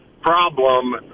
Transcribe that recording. problem